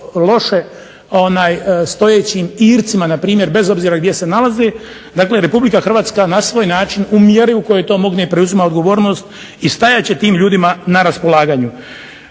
loše stojećim Ircima na primjer bez obzira gdje se nalaze. Dakle, Republika Hrvatska na svoj način u mjeri u kojoj to mogne preuzima odgovornost i stajat će tim ljudima na raspolaganju.